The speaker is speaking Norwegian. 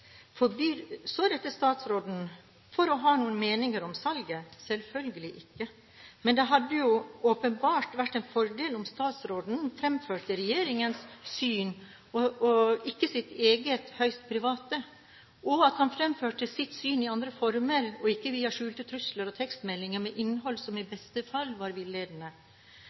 Forbyr så dette statsråden å ha noen mening om salget? Selvfølgelig ikke. Men det hadde åpenbart vært en fordel om statsråden fremførte regjeringens syn, ikke sitt eget, høyst private, og at han fremførte sitt syn i andre former – ikke via skjulte trusler og tekstmeldinger med innhold som i beste fall var villedende.